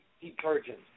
detergent